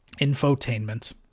infotainment